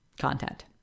content